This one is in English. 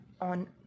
on